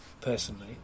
personally